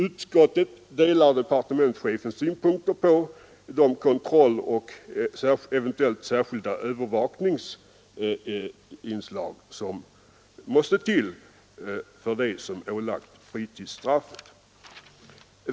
Utskottet delar departementschefens synpunkter beträffande de kontrolloch särskilda övervakningsinslag som måste till för dem som ålagts fritidsstraff.